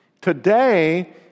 Today